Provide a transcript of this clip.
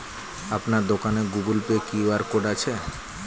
আপনার দোকানে Google Pay QR code আছে?